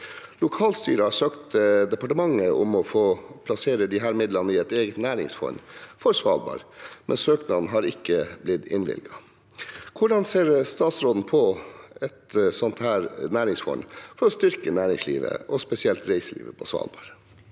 Lokalstyret har søkt departementet om å få plassere disse midlene i et eget næringsfond for Svalbard, men søknaden har ikke blitt innvilget. Hvordan ser statsråden på et slikt næringsfond for å styrke næringslivet – og spesielt reiselivet – på Svalbard?»